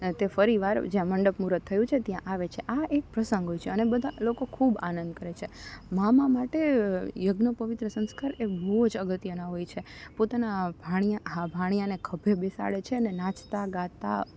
તે ફરીવાર જ્યાં મંડપ મૂહુર્ત થયું છે ત્યાં આવે છે આ એક પ્રસંગ હોય છે અને બધા લોકો ખૂબ આનંદ કરે છે મામા માટે યજ્ઞોપવિત સંસ્કાર એ બહુ જ અગત્યના હોય છે પોતાના ભાણિયા હા ભાણિયાને ખભે બેસાડે છે અને નાચતા ગાતા